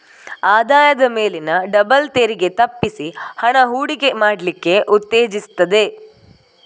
ಆದಾಯದ ಮೇಲಿನ ಡಬಲ್ ತೆರಿಗೆ ತಪ್ಪಿಸಿ ಹಣ ಹೂಡಿಕೆ ಮಾಡ್ಲಿಕ್ಕೆ ಉತ್ತೇಜಿಸ್ತದೆ